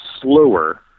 slower